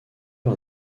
par